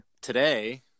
today